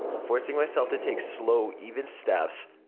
forcing myself to take slow, even steps,